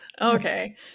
Okay